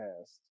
past